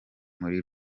muri